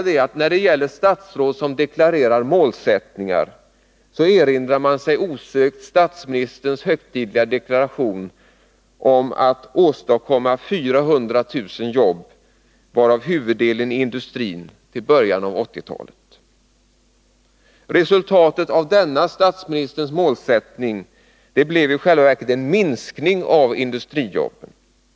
83 När det gäller statsråd som deklarerar målsättningar så erinrar man sig osökt statsministerns högtidliga deklaration om att åstadkomma 400 000 jobb, varav huvuddelen i industrin, till början av 1980-talet. Resultatet blev i själva verket en minskning av industrijobben.